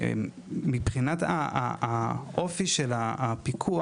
מבחינת האופי של הפיקוח: